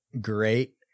great